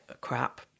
crap